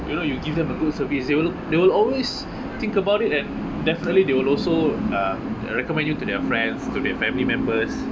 you know you give them a good service they will they will always think about it and definitely they will also uh recommend you to their friends to their family members